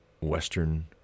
Western